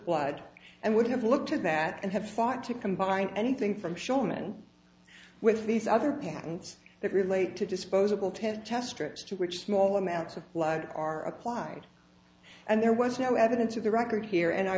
blood and would have looked at that and have fought to combine anything from shonan with these other patents that relate to disposable test test tricks to which small amounts of blood are applied and there was no evidence of the record here and i